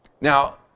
Now